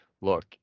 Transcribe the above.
look